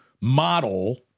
model